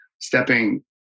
stepping